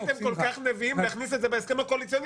הייתם כל כך נביאים להכניס את זה בהסכם הקואליציוני,